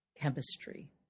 chemistry